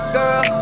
Girl